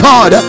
God